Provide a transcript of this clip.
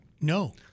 No